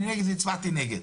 אני נגד והצבעתי נגד.